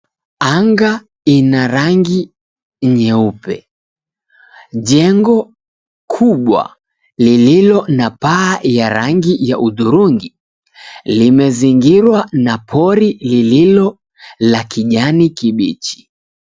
Anga ina rangi nyeupe. Jengo kubwa lililo na paa ya rangi ya hudhurungi limezingirwa na pori lililo la kijani kibichi.